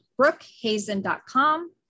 brookhazen.com